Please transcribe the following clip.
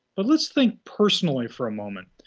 but let's think personally for a moment.